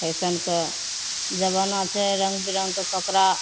फैशनके जमाना छै रङ्ग बिरङ्गके कपड़ा